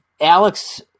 Alex